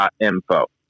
Info